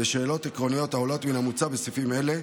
בשאלות עקרוניות העולות מן המוצע בסעיפים אלה,